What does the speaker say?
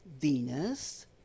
Venus